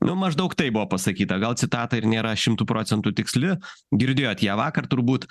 nu maždaug taip buvo pasakyta gal citata ir nėra šimtu procentų tiksli girdėjot ją vakar turbūt